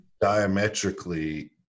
diametrically